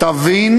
תבין